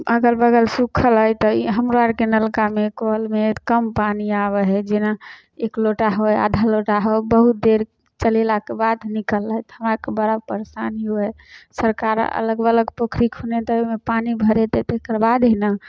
अगल बगल सुखल है तऽ हमर आरके नलकामे कलमे कम पानी आबै है जेना एक लोटा हो आधा लोटा हो बहुत देर चलेलाके बाद निकललै तऽ हमरा आरके बड़ा परेशानी होइ है सरकार अगल बगल पोखरि खूनेतै ओहिमे पानि भरेतै तेकरबाद है ने